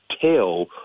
tell